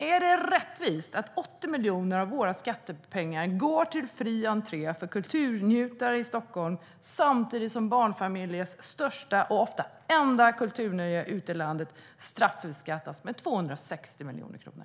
Är det rättvist att 80 miljoner av våra skattepengar går till fri entré för kulturnjutare i Stockholm samtidigt som barnfamiljers största och ofta enda kulturnöje ute i landet straffbeskattas med 260 miljoner kronor?